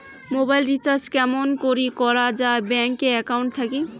Mobile recharge কেমন করি করা যায় ব্যাংক একাউন্ট থাকি?